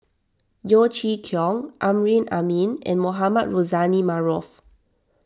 Yeo Chee Kiong Amrin Amin and Mohamed Rozani Maarof